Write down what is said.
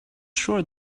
sure